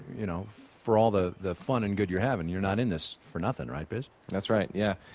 you know, for all the the fun and good you're having, you're not in this for nothing, right biz? that's right. yeah.